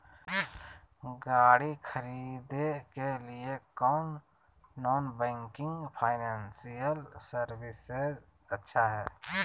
गाड़ी खरीदे के लिए कौन नॉन बैंकिंग फाइनेंशियल सर्विसेज अच्छा है?